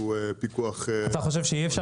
שהוא פיקוח --- אתה חושב שאי-אפשר